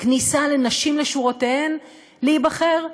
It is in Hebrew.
כניסה לנשים לשורותיהן להיבחר,